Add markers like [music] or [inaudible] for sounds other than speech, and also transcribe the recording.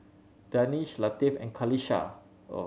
Danish Latif and Khalish [unintelligible]